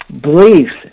beliefs